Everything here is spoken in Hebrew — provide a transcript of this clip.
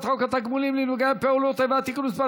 התגמולים לנפגעי פעולות איבה (תיקון מס'